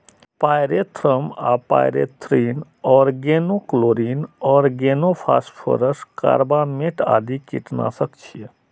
pyrethrum आ pyrethrin, organochlorine, organophosphorus, carbamate आदि कीटनाशक छियै